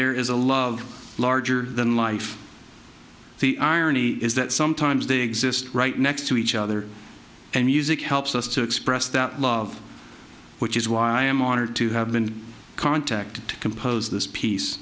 there is a love larger than life the irony is that sometimes they exist right next to each other and music helps us to express that love which is why i am honored to have been contacted to compose this piece